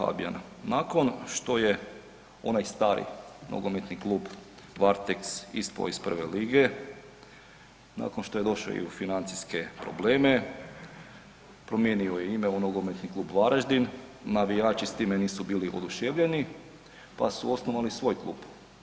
Da kolega Habijan, nakon što je onaj stari Nogometni klub Varteks ispao iz prve lige, nakon što je došao i u financijske probleme, promijenio je ime u Nogometni klub Varaždin, navijači s time nisu bili oduševljeni pa su osnovali svoj klub.